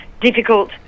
difficult